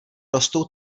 rostou